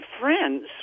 Friends